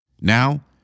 Now